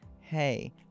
Hey